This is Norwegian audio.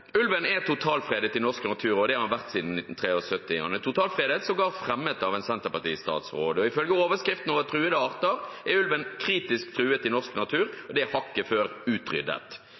Ulven er totalfredet i norsk natur, og det har den vært siden 1973. Den er totalfredet, og det ble sågar fremmet av en Senterparti-statsråd. Ifølge overskriften over truede arter er ulven kritisk truet i norsk natur, og det er hakket før den er utryddet.